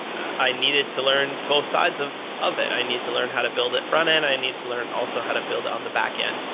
i needed to learn both sides of of it. i needed to learn how to build at frontend. i need to learn also how to build on the backend.